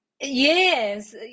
Yes